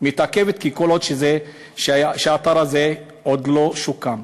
שמתעכבות כל עוד האתר הזה עוד לא שוקם.